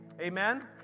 Amen